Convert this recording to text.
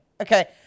Okay